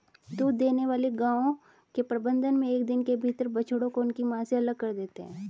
दूध देने वाली गायों के प्रबंधन मे एक दिन के भीतर बछड़ों को उनकी मां से अलग कर देते हैं